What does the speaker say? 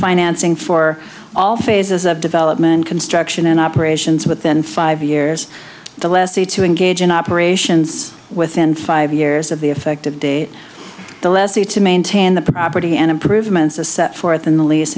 financing for all phases of development construction and operations within five years the lessee to engage in operations within five years of the effective date the lessee to maintain the property and improvements to set forth in the lease